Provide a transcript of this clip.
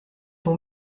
ton